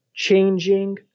Changing